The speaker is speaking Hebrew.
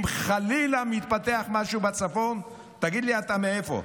אם חלילה מתפתח משהו בצפון, תגיד לי אתה מאיפה.